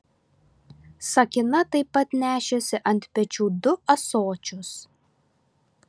sakina taip pat nešėsi ant pečių du ąsočius